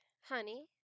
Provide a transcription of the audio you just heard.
honey